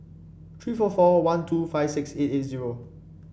three four four one two five six eight eight zero